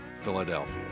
Philadelphia